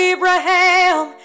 Abraham